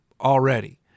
already